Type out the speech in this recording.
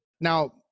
Now